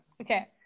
okay